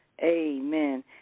Amen